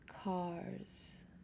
cars